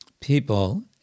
people